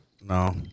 No